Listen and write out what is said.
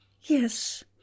Yes